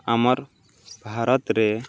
ଆମର୍ ଭାରତ୍ରେ